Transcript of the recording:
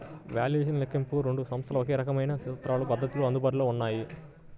valuation లెక్కింపునకు రెండు సంస్థలకు ఒకే రకమైన సూత్రాలు, పద్ధతులు అందుబాటులో ఉన్నాయి